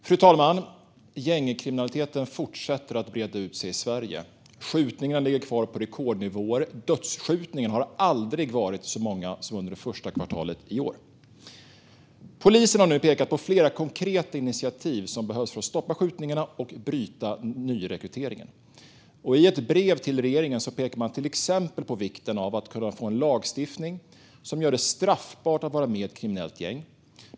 Fru talman! Gängkriminaliteten fortsätter att breda ut sig i Sverige. Skjutningar ligger kvar på rekordnivåer, och det har aldrig varit så många dödsskjutningar som under det första kvartalet i år. Polisen har pekat på flera konkreta initiativ som behövs för att stoppa skjutningarna och bryta nyrekryteringen. I ett brev till regeringen pekar man till exempel på vikten av att få en lagstiftning som gör det straffbart att vara med i ett kriminellt gäng.